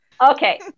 Okay